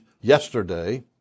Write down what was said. yesterday